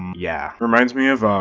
yeah. reminds me of ah,